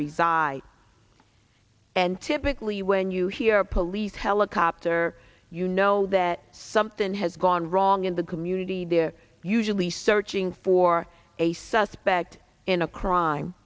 reside and typically when you hear a police helicopter you know that something has gone wrong in the community they are usually searching for a suspect in a crime